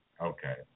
Okay